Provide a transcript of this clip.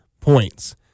points